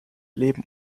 leben